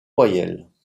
voyelles